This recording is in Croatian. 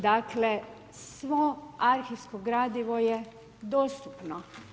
Dakle, svo arhivsko gradivo je dostupno.